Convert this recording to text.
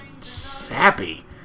sappy